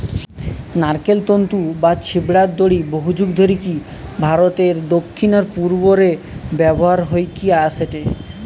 নারকেল তন্তু বা ছিবড়ার দড়ি বহুযুগ ধরিকি ভারতের দক্ষিণ আর পূর্ব রে ব্যবহার হইকি অ্যাসেটে